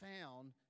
found